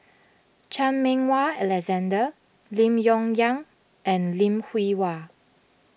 Chan Meng Wah Alexander Lim Yong Liang and Lim Hwee Hua